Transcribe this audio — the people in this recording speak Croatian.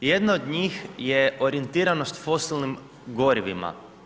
Jedno od njih je orijentiranost fosilnim gorivima.